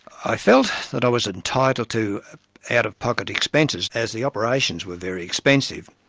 i felt that i was entitled to out-of-pocket expenses as the operations were very expensive.